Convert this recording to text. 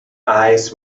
eyes